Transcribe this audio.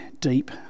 deep